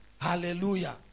Hallelujah